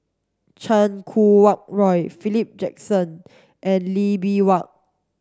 Chan Kum Wah Roy Philip Jackson and Lee Bee Wah